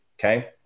okay